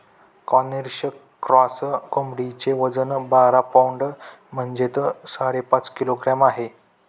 Cornish cross कोंबडीचे वजन बारा पौंड म्हणजेच साडेपाच किलोग्रॅम आहे